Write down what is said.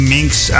Minks